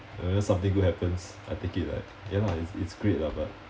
unless something good happens I take it like ya lah it's it's great lah but